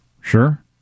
Sure